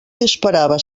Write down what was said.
disparava